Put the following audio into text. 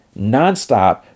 nonstop